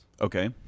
Okay